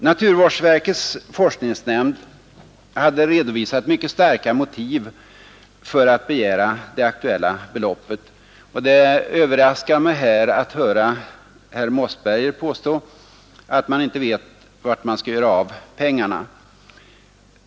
Naturvårdsverkets forskningsnämnd hade redovisat mycket starka motiv för att begära det aktuella beloppet. Det överraskar mig att här höra herr Mossberger påstå att man där inte vet vad man skall göra av pengarna.